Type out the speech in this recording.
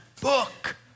book